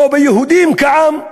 לא ביהודים כעם,